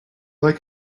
like